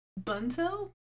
Bunzo